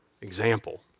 example